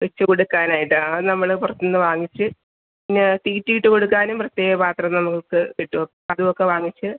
വെച്ച് കൊടുക്കാനായിട്ട് അത് നമ്മൾ പുറത്തുന്ന് വാങ്ങിച്ച് പിന്നെ തീറ്റയിട്ട് കൊടുക്കാനും പ്രത്യേക പാത്രം നമുക്ക് കിട്ടും അതും ഒക്കെ വാങ്ങിച്ച്